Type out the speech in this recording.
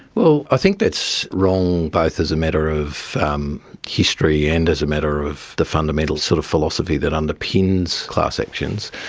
well, i think that's wrong, both as a matter of um history and as a matter of the fundamental sort of philosophy that underpins class actions.